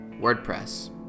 WordPress